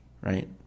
right